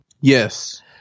Yes